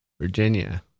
Virginia